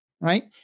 Right